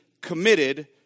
committed